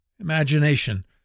imagination